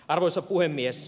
arvoisa puhemies